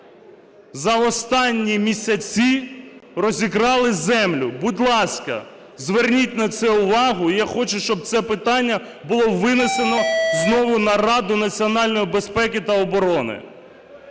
за останні місяці розікрали землю. Будь ласка, зверніть на це увагу, і я хочу, щоб це питання було винесено знову на Раду національної безпеки та оборони.